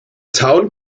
town